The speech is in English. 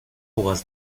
was